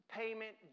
payment